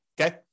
Okay